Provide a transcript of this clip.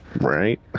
right